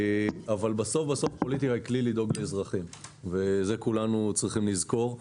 בסוף פוליטיקה היא כלי לדאוג לאזרחים ואת זה כולנו צריכים לזכור.